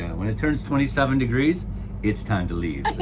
when it turns twenty seven degrees it's time to leave.